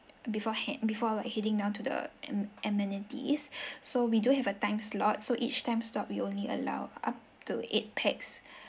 beforehand before like heading down to the am~ amenities so we do have a time slot so each time slot we only allow up to eight pax